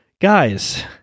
guys